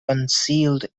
concealed